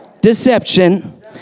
deception